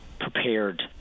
prepared